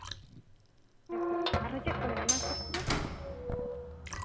ᱦᱚᱭᱛᱚ ᱟᱨᱦᱚᱸ ᱪᱮᱫ ᱠᱚ ᱢᱮᱱᱟᱜᱼᱟ ᱚᱱᱟ ᱥᱩᱨ ᱠᱚᱨᱮᱜ